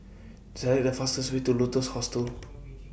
Select The fastest Way to Lotus Hostel